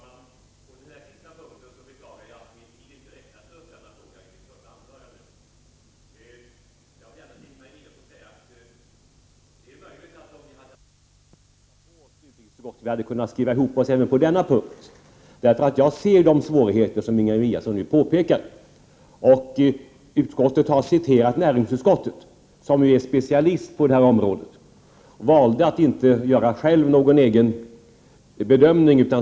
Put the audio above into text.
Fru talman! När det gäller den sistnämnda punkten beklagar jag att jag i mitt första anförande inte hann ta upp frågan. Jag vill gärna till Ingemar Eliasson säga att det är möjligt att om vi hade haft ytterligare en vecka på oss hade vi kunnat skriva ihop oss även på den punkten. Jag ser de svårigheter som Ingemar Eliasson påpekar. Men nu har utskottet citerat näringsutskottet, som är specialist på detta område, och valt att inte göra egen bedömning.